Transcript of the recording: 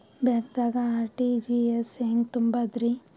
ಬ್ಯಾಂಕ್ದಾಗ ಆರ್.ಟಿ.ಜಿ.ಎಸ್ ಹೆಂಗ್ ತುಂಬಧ್ರಿ?